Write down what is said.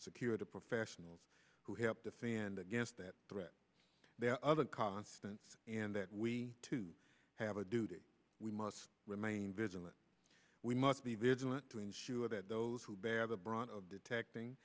security professionals who help defend against that threat their other constants and that we too have a duty we must remain vigilant we must be vigilant to ensure that those who bear the brunt of detecting